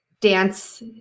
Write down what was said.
dance